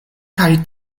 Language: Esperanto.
kaj